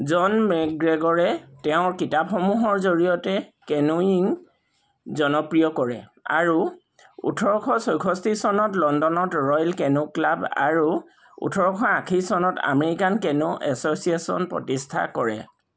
জন মেকগ্ৰেগৰে তেওঁৰ কিতাপসমূহৰ জৰিয়তে কেনুয়িং জনপ্ৰিয় কৰে আৰু ওঠৰশ ছয়ষ্ঠি চনত লণ্ডনত ৰয়েল কেনু ক্লাব আৰু ওঠৰশ আশী চনত আমেৰিকান কেনু এছ'চিয়েচন প্ৰতিষ্ঠা কৰে